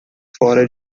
fora